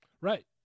Right